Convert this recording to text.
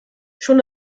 schon